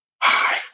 hi